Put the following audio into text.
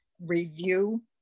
review